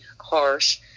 Harsh